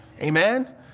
Amen